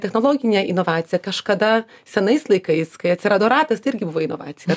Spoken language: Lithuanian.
technologinė inovacija kažkada senais laikais kai atsirado ratas tai irgi buvo inovacija